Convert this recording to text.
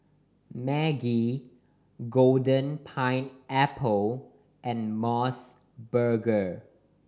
Maggi Golden Pineapple and Mos Burger